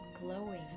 glowing